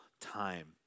time